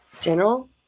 General